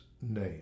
name